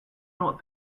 not